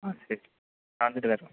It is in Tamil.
ஆ சரி நான் வந்துட்டு வரேன்